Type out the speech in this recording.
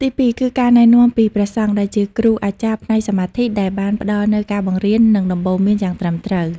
ទីពីរគឺ ការណែនាំពីព្រះសង្ឃ ដែលជាគ្រូអាចារ្យផ្នែកសមាធិ ដែលបានផ្តល់នូវការបង្រៀននិងដំបូន្មានយ៉ាងត្រឹមត្រូវ។